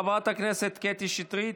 חברת הכנסת קטי שטרית,